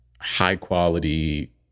high-quality